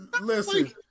listen